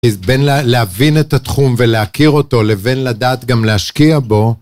אז בין להבין את התחום ולהכיר אותו לבין לדעת גם להשקיע בו.